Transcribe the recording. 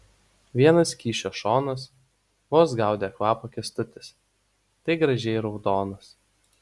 vienas kyšio šonas vos gaudė kvapą kęstutis tai gražiai raudonas